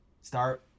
Start